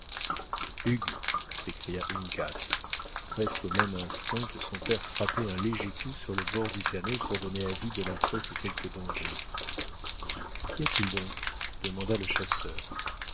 s'écria uncas presque au même instant que son père frappait un léger coup sur le bord du canot pour donner avis de l'approche de quelque danger qu'y a-t-il donc demanda le chasseur